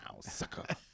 sucker